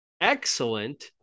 excellent